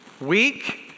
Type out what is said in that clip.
weak